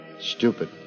Stupid